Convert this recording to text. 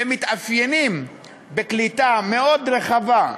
שמתאפיינים בקליטה מאוד רחבה,